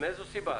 מאיזו סיבה?